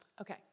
Okay